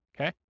Okay